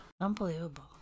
Unbelievable